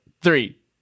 three